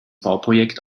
bauprojekt